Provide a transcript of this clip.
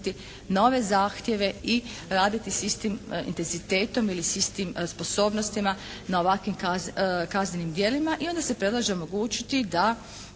nove zahtjeve i raditi s istim intenzitetom ili s istim sposobnostima na ovakvim kaznenim djelima i onda se predlaže omogućiti da